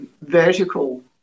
vertical